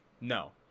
no